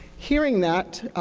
hearing that,